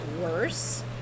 worse